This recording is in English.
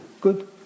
good